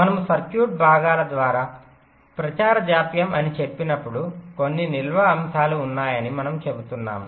మనము సర్క్యూట్ భాగాల ద్వారా ప్రచారం జాప్యం అని చెప్పినప్పుడు కొన్ని నిల్వ అంశాలు ఉన్నాయని మనము చెబుతున్నాము